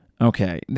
Okay